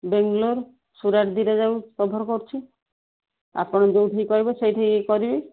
ବେଙ୍ଗ୍ଲୋର ସୁରଟ୍ ଦୁଇଟା ଯାକକୁ କଭର୍ କରୁଛି ଆପଣ ଯେଉଁଠିକି କହିବେ ସେଇଠି କରିବି